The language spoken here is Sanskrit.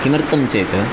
किमर्थं चेत्